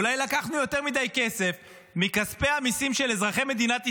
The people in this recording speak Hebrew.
אולי לקחנו יותר מדי כסף מכספי המיסים של מדינת ישראל,